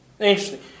Interesting